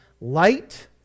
light